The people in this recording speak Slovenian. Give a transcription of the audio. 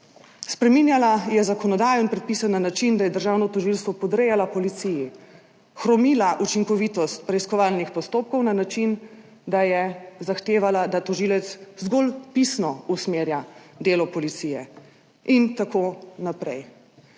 Spreminjala je zakonodajo in predpise na način, da je državno tožilstvo podrejala policiji, hromila učinkovitost preiskovalnih postopkov, na način, da je zahtevala, da tožilec zgolj pisno usmerja delo policije. In tako naprej.